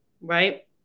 right